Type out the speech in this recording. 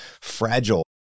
fragile